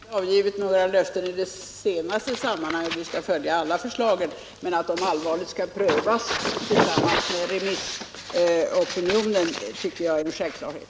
Herr talman! Jag har inte avgivit några löften om att vi skall följa utredningens alla förslag. Men att de allvarligt skall prövas tillsammans med remissopinionen tycker jag är en självklarhet.